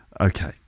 okay